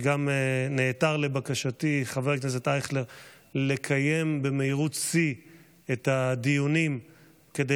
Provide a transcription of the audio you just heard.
שגם נעתר לבקשתי לקיים במהירות שיא את הדיונים כדי